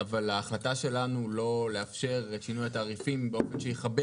אבל ההחלטה שלנו לא לאפשר את שינוי התעריפים באופן שיחבר